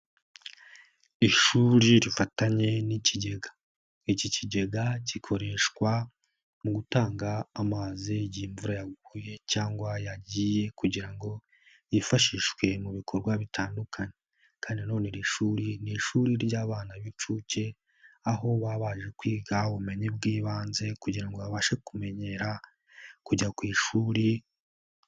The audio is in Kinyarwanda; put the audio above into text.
Ishuri rifatanye n'ikigega, iki kigega gikoreshwa mu gutanga amazi igihe imvura yaguye cyangwa yagiye kugira ngo yifashishwe mu bikorwa bitandukanye kandi nanone iri shuri ni ishuri ry'abana b'inshuke, aho baba baje kwiga ubumenyi bw'ibanze kugira ngo babashe kumenyera kujya ku ishuri.